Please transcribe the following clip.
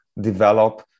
develop